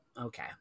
Okay